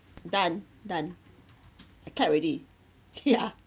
done done I clap already yeah